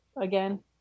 again